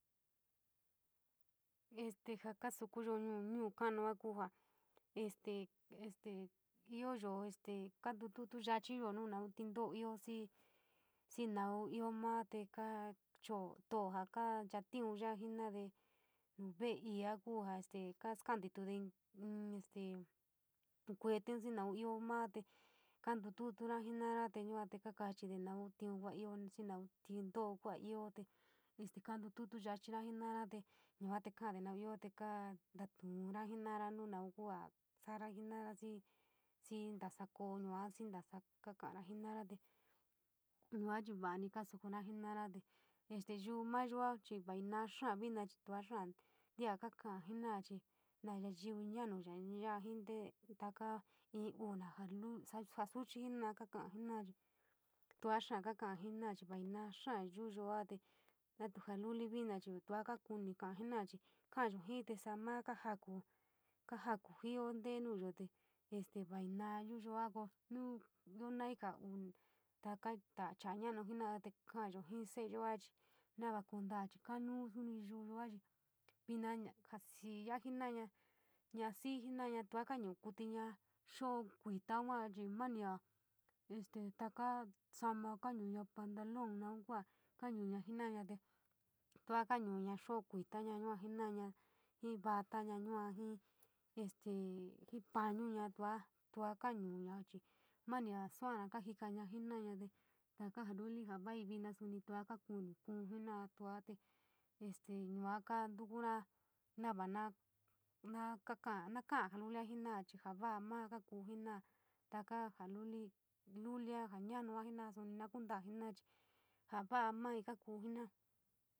Este ja kasukuyo nu ñu kanua kuu ja este, este io yo este kantoutou yachiyo noun tintou io xi, xi noun io maa te kaa toto io kaa chaton ya jenada nu vuele iai kuu ja este kaskantade in este kuetou noun io maa te kantoutou jenara te yua te kasiche noun tiun kuo iio, noun tintou kuu io este kantoutou yachira jenara te yua te kaa toda noun io te kontiou yuuou jenarouu nu noo kua souou jenarou xi, xi intasou koo yua xi intasou katara jenara te yua chi yuni kasokura jenara te este yua mayo jenara nu noun maa vina chinoua xi noun intou kata'ou jenara chi nu naiyuu noun nai iri inu jasuchi taka iii, yuu, ja suchi jenara kata genou yuu tuo kaa kataou jenara chi vai maa kaa yuuou te matou jalul vina chi tuo kar kouti kai jenara chi kaiou ji, subou maa kaa jakou, ku jato jio intee nouvoute este voi vai yuu yuu io naioua vin toko chouu to cha niounu te kaaayou ja seiyo yuu chi noun kuntad kamu sonou yuyoua chi vina ja spi va jenoua, noa sii jenaroua tuo kaniou kuutiina xoo kuutou yuu chi maa iou este toko sonou maa nou tonoua noun kua kaniunouu jenara tuo nou ninaa xoo rita nou jenarouna ji kada hou yua ji este ja panoua tua kaniunaa chi maa soua ja kaa jikanou jenarouna. Te toka ja luli, ja sou vino soui tod kakun soui kouu jenarou tuo te este yua kaanitokuoua nava na maa kaka kala jou koutou ja luliou chi, ja vara maa kakou jenara toko ja luliou, jaluliou, ja naaou jenaaá chi na kuntaa jena´a ja va mai kaku jena´a.